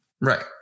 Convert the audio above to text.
right